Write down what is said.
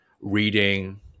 reading